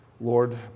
Lord